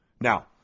Now